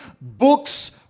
books